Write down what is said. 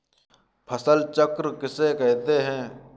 फसल चक्र किसे कहते हैं?